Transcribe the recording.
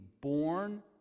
born